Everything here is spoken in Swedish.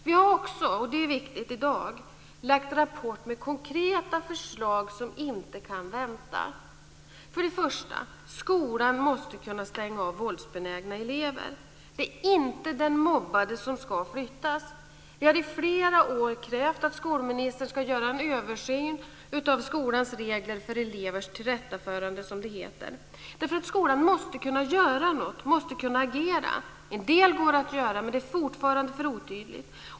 Vi har också - och det är viktigt i dag - lagt fram en rapport med konkreta förslag som inte kan vänta. För det första: Skolan måste kunna stänga av våldsbenägna elever. Det är inte den mobbade som ska flyttas. Vi har i flera år krävt att skolministern ska göra en översyn av skolans regler för elevers tillrättaförande, som det heter. Skolan måste kunna agera. En del går att göra, men det är fortfarande för otydligt.